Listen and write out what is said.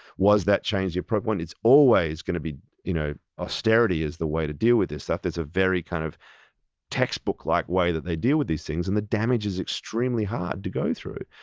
was that change the appropriate one? it's always going to be you know austerity is the way to deal with this stuff, there's a very kind of textbook like way that they deal with these things, and the damage is extremely hard to go through.